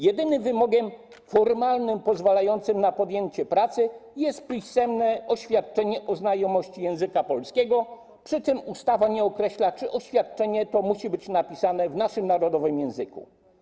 Jedynym wymogiem formalnym pozwalającym na podjęcie pracy jest pisemne oświadczenie o znajomości języka polskiego, przy czym ustawa nie określa, czy oświadczenie to musi być napisane w naszym narodowym języku.